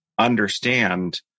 understand